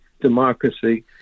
democracy